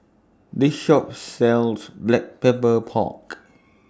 This Shop sells Black Pepper Pork